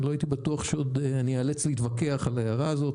אני לא הייתי בטוח שאני איאלץ להתווכח על ההערה הזאת,